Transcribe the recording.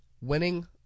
Winning